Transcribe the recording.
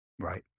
right